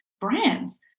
brands